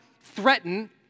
threaten